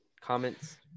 Comments